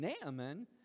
Naaman